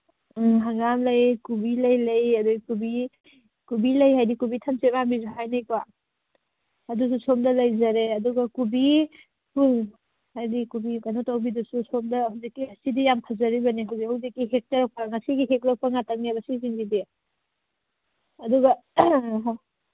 ꯎꯝ ꯍꯪꯒꯥꯝ ꯂꯩ ꯀꯣꯕꯤꯂꯩ ꯂꯩ ꯑꯗꯩ ꯀꯣꯕꯤ ꯀꯣꯕꯤꯂꯩ ꯍꯥꯏꯗꯤ ꯀꯣꯕꯤ ꯊꯝꯆꯦꯠ ꯃꯥꯟꯕꯤꯁꯨ ꯍꯥꯏꯅꯩꯀꯣ ꯑꯗꯨꯁꯨ ꯁꯣꯝꯗ ꯂꯩꯖꯔꯦ ꯑꯗꯨꯒ ꯀꯣꯕꯤ ꯐꯨꯜ ꯍꯥꯏꯗꯤ ꯀꯣꯕꯤ ꯀꯩꯅꯣ ꯇꯧꯕꯤꯗꯨꯁꯨ ꯁꯣꯝꯗ ꯍꯧꯖꯤꯛꯀꯤ ꯁꯤꯗꯤ ꯌꯥꯝ ꯐꯖꯔꯤꯕꯅꯤ ꯍꯧꯖꯤꯛ ꯍꯧꯖꯤꯛꯀꯤ ꯌꯦꯛꯆꯔꯛꯄ ꯉꯁꯤꯒꯤ ꯍꯦꯛꯂꯛꯄ ꯉꯥꯛꯇꯅꯦꯕ ꯁꯤꯁꯤꯡꯁꯤꯗꯤ ꯑꯗꯨꯒ